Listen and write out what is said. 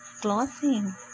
clothing